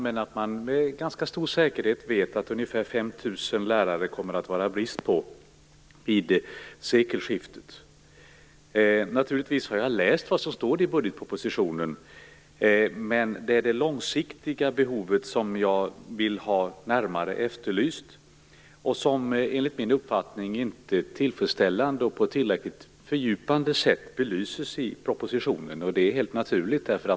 Men med ganska stor säkerhet vet man att det kommer att finnas en brist på ungefär 5 000 lärare vid sekelskiftet. Naturligtvis har jag läst vad som står i budgetpropositionen, men det är det långsiktiga behovet som jag vill ha närmare belyst. Enligt min uppfattning belyses inte detta tillfredsställande och på ett tillräckligt fördjupande sätt i propositionen. Det är helt naturligt.